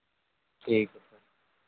ठीक है